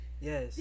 yes